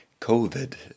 COVID